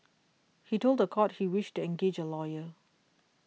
he told the court he wished to engage a lawyer